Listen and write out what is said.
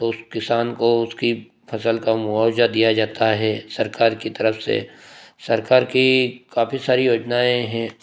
तो उस किसान को उसकी फसल का मुआवजा दिया जाता है सरकार की तरफ से सरकार की काफी सारी योजनाएँ हैं